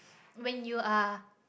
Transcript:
when you are